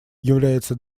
является